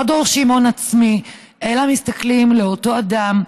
לא דורשים הון עצמי אלא מסתכלים לאותו אדם,